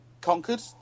Conquered